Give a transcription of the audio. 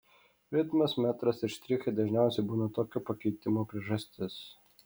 ritmas metras ir štrichai dažniausiai būna tokio pakeitimo priežastis